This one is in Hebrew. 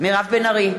מירב בן ארי,